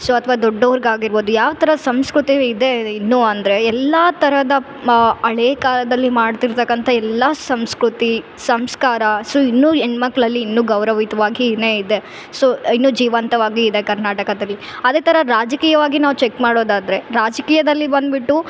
so ಅಥ್ವ ದೊಡ್ಡವರ್ಗಾಗಿರ್ಬೌದು ಯಾವಥರ ಸಂಸ್ಕೃತಿ ಇದೆ ಇನ್ನು ಅಂದರೆ ಎಲ್ಲ ತರಹದ ಮಾ ಹಳೇ ಕಾಲದಲ್ಲಿ ಮಾಡ್ತಿರ್ತಕ್ಕಂಥ ಎಲ್ಲ ಸಂಸ್ಕೃತಿ ಸಂಸ್ಕಾರ ಸೊ ಇನ್ನು ಹೆಣ್ಣುಮಕ್ಳಲ್ಲಿ ಇನ್ನೂ ಗೌರವಯುತವಾಗಿ ಇನ್ನು ಇದೆ ಸೊ ಇನ್ನು ಜೀವಂತವಾಗಿದೆ ಕರ್ನಾಟಕದಲ್ಲಿ ಅದೇ ಥರ ರಾಜಕೀಯವಾಗಿ ನಾವು ಚೆಕ್ ಮಾಡೋದಾದರೆ ರಾಜಕೀಯದಲ್ಲಿ ಬಂದ್ಬಿಟ್ಟು